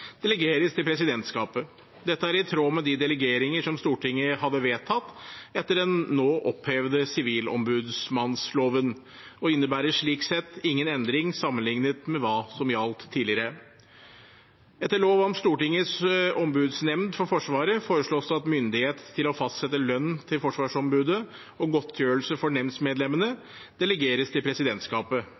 delegeres til presidentskapet. Dette er i tråd med de delegeringer som Stortinget hadde vedtatt etter den nå opphevede sivilombudsmannsloven, og innebærer slik sett ingen endring sammenlignet med hva som gjaldt tidligere. Etter lov om Stortingets ombudsnemnd for Forsvaret foreslås det at myndighet til å fastsette lønn til forsvarsombudet og godtgjørelse for nemndsmedlemmene delegeres til presidentskapet.